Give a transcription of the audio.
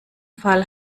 fall